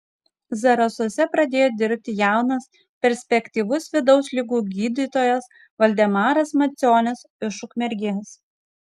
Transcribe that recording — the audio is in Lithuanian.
zarasuose pradėjo dirbti jaunas perspektyvus vidaus ligų gydytojas valdemaras macionis iš ukmergės